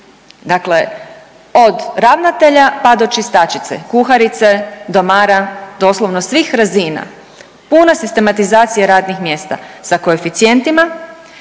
Dakle od ravnatelja pa do čistačice, kuharice, domara, doslovno svih razina, puna sistematizacija radnih mjesta sa koeficijentima,